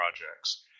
projects